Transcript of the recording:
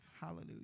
Hallelujah